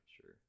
sure